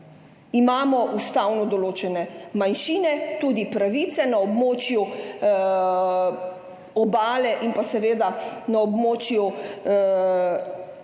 Imamo ustavno določene manjšine, tudi pravice na območju Obale in pa seveda na območju